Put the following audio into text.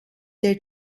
their